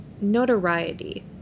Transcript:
notoriety